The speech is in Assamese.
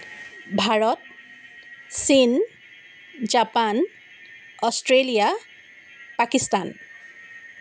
ভাৰত চীন জাপান অষ্ট্ৰেলিয়া পাকিস্তান